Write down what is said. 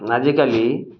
ଆଜିକାଲି